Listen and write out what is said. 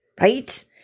Right